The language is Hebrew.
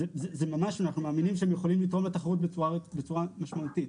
זה ממש ואנחנו אמינים שהם יכולים לתרום לתחרות בצורה רצינית ומשמעותית.